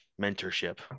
mentorship